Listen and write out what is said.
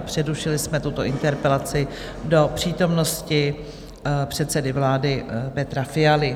Přerušili jsme tuto interpelaci do přítomnosti předsedy vlády Petra Fialy.